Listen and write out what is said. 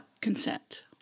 consent